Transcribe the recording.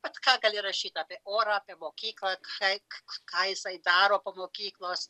bet ką gali rašyti apie orą apie mokyklą kaip ką jisai daro po mokyklos